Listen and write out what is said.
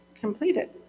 completed